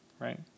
right